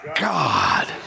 God